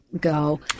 go